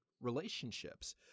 relationships